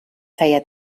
feia